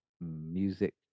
music